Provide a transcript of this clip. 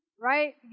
right